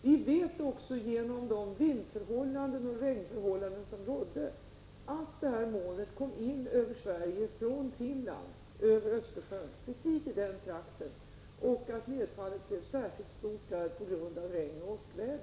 Vi vet också att det aktuella molnet, på grund av de vindoch regnförhållanden som rådde, kom in i Sverige från Finland över Östersjön precis i den nu aktuella trakten och att nedfallet blev särskilt stort där på grund av regn och åskväder.